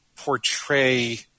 portray